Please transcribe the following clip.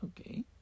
Okay